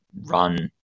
run